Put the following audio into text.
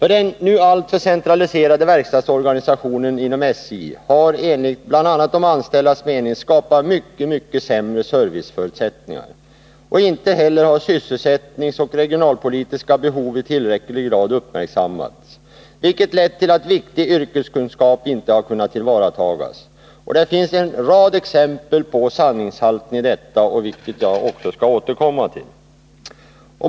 Den nu alltför centraliserade verkstadsorganisationen inom SJ har bl.a. enligt de anställdas mening skapat mycket sämre serviceförutsättningar. Inte heller har sysselsättningsoch regionalpolitiska behov i tillräcklig grad uppmärksammats, vilket lett till att viktig yrkeskunskap inte kunnat tillvaratas. Det finns en rad exempel på sanningshalten i detta, vilka jag skall återkomma till.